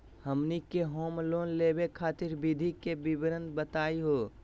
हमनी के home loan लेवे खातीर विधि के विवरण बताही हो?